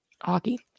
Hockey